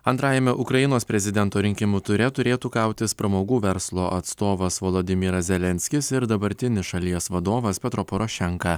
antrajame ukrainos prezidento rinkimų ture turėtų kautis pramogų verslo atstovas volodymyras zelenskis ir dabartinis šalies vadovas petro porošenka